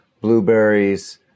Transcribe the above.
blueberries